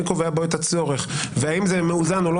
מי קובע בו את הצורך והאם זה מאוזן או לא